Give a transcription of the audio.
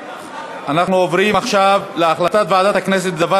אנחנו עוברים עכשיו להחלטת ועדת הכנסת בדבר